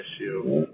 issue